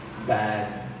bad